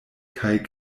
kaj